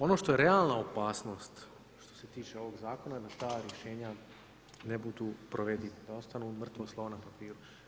Ono što je realna opasnost što se tiče ovog Zakona je da ta rješenja ne budu provediva, da ostanu mrtvo slovo na papiru.